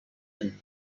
and